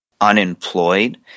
unemployed